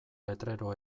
letrero